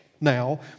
now